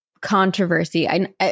controversy